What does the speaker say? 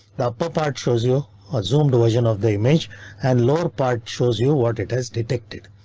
now part shows you or zoomed version of the image and lower part shows you what it has detected.